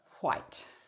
white